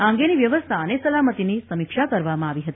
આ અંગેની વ્યવસ્થા અને સલામતિની સમીક્ષા કરવામાં આવી હતી